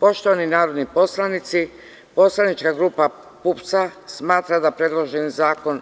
Poštovani narodni poslanici, poslanička grupa PUPS smatra da predloženi Zakon